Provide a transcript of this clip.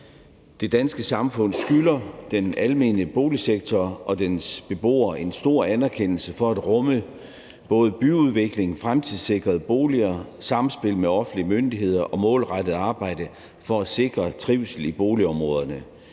Det danske samfund skylder den almene boligsektor og dens beboere en stor anerkendelse for at rumme både byudvikling, fremtidssikrede boliger, samspil med offentlige myndigheder og målrettet arbejde for at sikre trivsel i boligområderne.